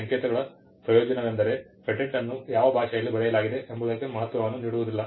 ಈ ಸಂಕೇತಗಳ ಪ್ರಯೋಜನವೆಂದರೆ ಪೇಟೆಂಟ್ ಅನ್ನು ಯಾವ ಭಾಷೆಯಲ್ಲಿ ಬರೆಯಲಾಗಿದೆ ಎಂಬುದಕ್ಕೆ ಮಹತ್ವವನ್ನು ನೀಡುವುದಿಲ್ಲ